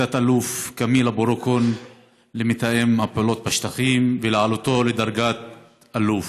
תת-אלוף כמיל אבו רוקון למתאם הפעולות בשטחים ולהעלותו לדרגת אלוף.